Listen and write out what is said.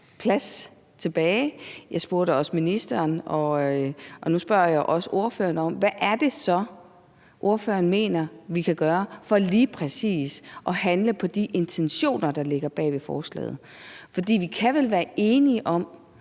plads tilbage. Jeg spurgte tidligere ministeren, og nu spørger jeg også ordføreren: Hvad er det så, ordføreren mener vi kan gøre for lige præcis at handle på de intentioner, der ligger bag ved forslaget? For vi kan vel være enige om,